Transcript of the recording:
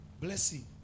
blessing